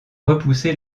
repoussé